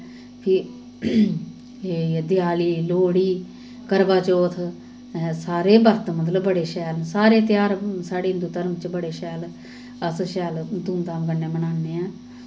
फ्ही एह् हैं देआली लोह्ड़ी करवाचौथ अहें सारे बर्त मतलब बड़े शैल सारे तेहार साढ़े हिन्दू धर्म च बड़े शैल अस शैल धूम धाम कन्नै मनानें